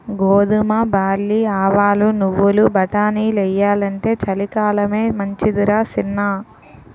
గోధుమ, బార్లీ, ఆవాలు, నువ్వులు, బటానీలెయ్యాలంటే చలికాలమే మంచిదరా సిన్నా